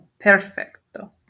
perfecto